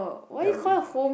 ya we